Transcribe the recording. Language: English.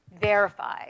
verify